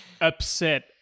upset